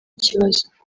kibazo